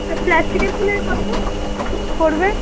আর প্লাস্টিকের ফুলের কতো পড়বে